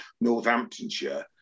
Northamptonshire